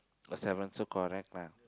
got seven so correct lah